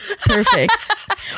Perfect